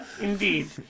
Indeed